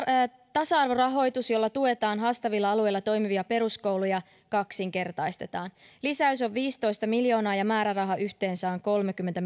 tasa arvorahoitus jolla tuetaan haastavilla alueilla toimivia peruskouluja kaksinkertaistetaan lisäys on viisitoista miljoonaa ja määräraha yhteensä on kolmekymmentä